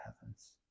heavens